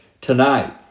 tonight